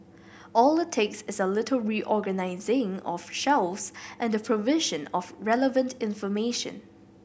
all it takes is a little reorganising of shelves and the provision of relevant information